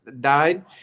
died